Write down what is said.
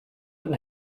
den